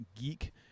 geek